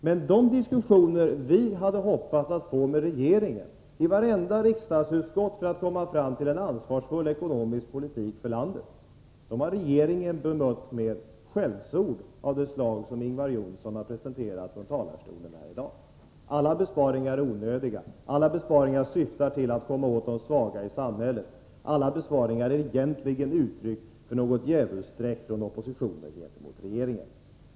Men de diskussioner vi hade hoppats att få föra med regeringspartiet i vartenda riksdagsutskott för att komma fram till en ansvarsfull ekonomisk politik för landet har regeringen mött med skällsord av det slag som Ingvar Johnsson har presterat från talarstolen här i dag. Alla besparingar är onödiga, alla besparingar syftar till att komma åt de svaga i samhället, alla besparingar är egentligen uttryck för något djävulsstreck från oppositionen gentemot regeringen.